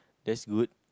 that's good